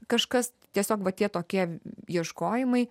kažkas tiesiog va tie tokie ieškojimai